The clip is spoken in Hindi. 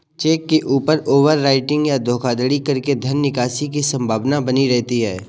चेक के ऊपर ओवर राइटिंग या धोखाधड़ी करके धन निकासी की संभावना बनी रहती है